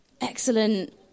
Excellent